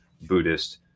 Buddhist